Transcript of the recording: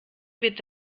wird